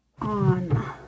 on